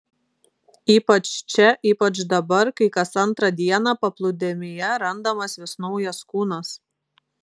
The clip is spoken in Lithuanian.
ypač čia ypač dabar kai kas antrą dieną paplūdimyje randamas vis naujas kūnas